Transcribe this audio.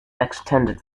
extended